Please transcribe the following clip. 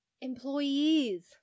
Employees